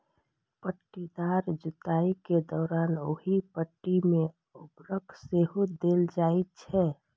पट्टीदार जुताइ के दौरान ओहि पट्टी मे उर्वरक सेहो देल जाइ छै